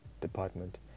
department